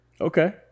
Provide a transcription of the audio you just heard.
Okay